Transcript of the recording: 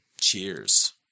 Cheers